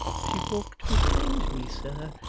she walked behind me, sir,